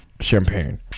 champagne